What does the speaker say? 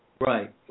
Right